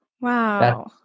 wow